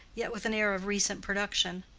yet with an air of recent production.